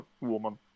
Woman